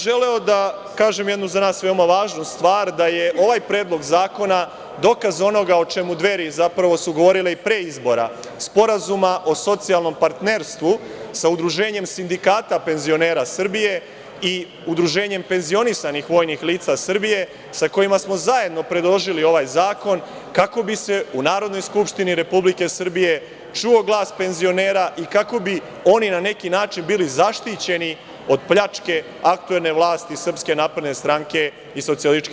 Želeo bih da kažem jednu, za nas veoma važnu, stvar, da je ovaj Predlog zakona dokaz onoga o čemu Dveri, zapravo, su govorili i pre izbora, sporazuma o socijalnom partnerstvu sa Udruženjem sindikata penzionera Srbije i Udruženjem penzionisanih vojnih lica Srbije, sa kojima smo zajedno predložili ovaj zakon kako bi se u Narodnoj skupštini Republike Srbije čuo glas penzionera i kako bi oni na neki način bili zaštićeni od pljačke aktuelne vlasti SNS i SPS.